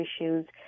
issues